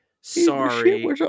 Sorry